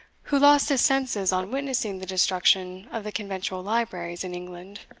who lost his senses on witnessing the destruction of the conventual libraries in england.